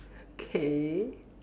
K